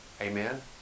Amen